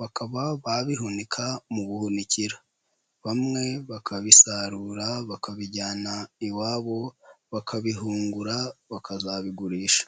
bakaba bihunika mu bu guhunikiro, bamwe bakabisarura bakabijyana iwabo bakabihungura bakazabigurisha.